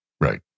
Right